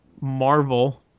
Marvel